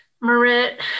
Marit